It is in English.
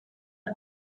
phd